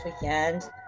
weekend